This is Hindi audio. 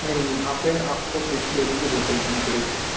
नहीं नहीं यहाँ पर आपको बिसलेरी की बोटल लेनी पड़ेगी